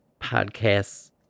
podcasts